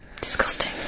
Disgusting